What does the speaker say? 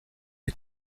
est